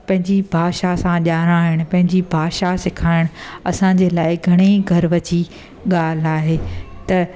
पंहिंजी भाषा सां ॼाणाइणु पंहिंजी भाषा सिखाइणु असांजे लाइ घणेई गर्वु जी ॻाल्हि आहे त